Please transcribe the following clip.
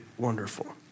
Wonderful